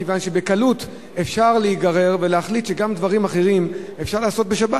מכיוון שבקלות אפשר להיגרר ולהחליט שגם דברים אחרים אפשר לעשות בשבת,